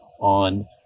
on